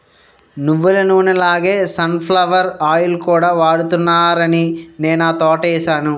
నువ్వులనూనె లాగే sunflower oil కూడా వాడుతున్నారాని నేనా తోటేసాను